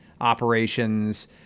operations